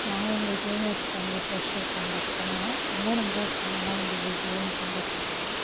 நாங்கள் எங்கள் ஜூனியர்ஸுக்கு வந்து ஃபிரெஷர் கண்டெக்ட் பண்ணோம் அதலாம் ரொம்ப ஃபன்னாக இருந்தது கேம் கண்டெக்ட் ப